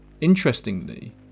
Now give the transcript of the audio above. Interestingly